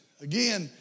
Again